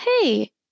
hey